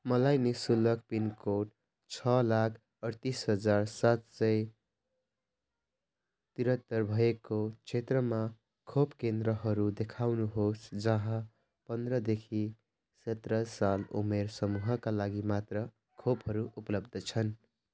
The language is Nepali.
मलाई नि शुल्क पिनकोड छ लाख अढ्तिस हजार सात सय त्रिहत्तर भएको क्षेत्रमा खोपकेन्द्रहरू देखाउनुहोस् जहाँ पन्ध्रदेखि सत्र साल उमेर समूहका लागि मात्र खोपहरू उपलब्ध छन्